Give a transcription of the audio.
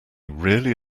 really